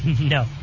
No